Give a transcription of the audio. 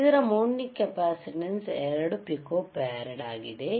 ಇದರ mounting capacitance 2 picofarad ಆಗಿದೆ